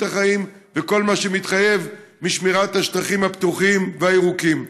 החיים ועל כל מה שמתחייב משמירת השטחים הפתוחים והירוקים.